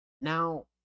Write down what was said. Now